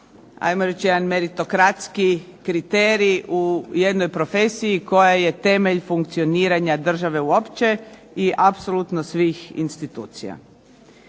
'ajmo reći jedan meritokratski kriterij u jednoj profesiji koja je temelj funkcioniranja države uopće i apsolutno svih institucija.